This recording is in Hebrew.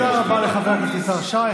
תודה רבה לחבר הכנסת יזהר שי.